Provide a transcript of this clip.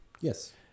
Yes